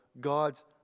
God's